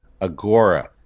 Agora